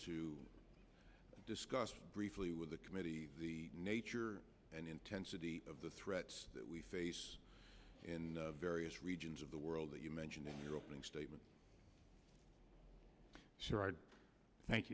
to discuss briefly with the committee the nature and intensity of the threat that we face in various regions of the world that you mentioned in your opening statement